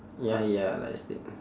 ya ya light stick